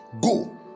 Go